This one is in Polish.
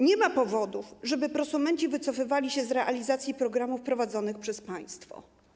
Nie ma powodów, żeby prosumenci wycofywali się z realizacji programów prowadzonych przez państwo.